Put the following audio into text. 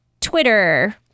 Twitter